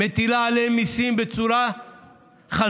מטילה עליהן מיסים בצורה חזירית,